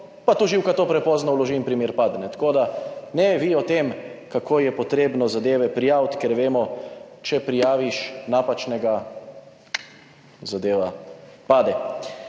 pa tožilka to prepozno vloži in primer pade. Tako da, ne vi o tem, kako je potrebno zadeve prijaviti, ker vemo, če prijaviš napačnega, zadeva pade.